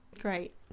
great